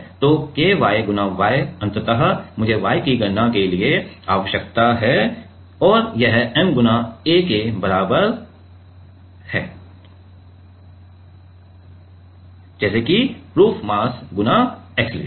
तो ky×y अंततः मुझे y की गणना करने की आवश्यकता है और यह m × a के बराबर मास है जैसे कि प्रूफ मास ×एक्सेलरेशन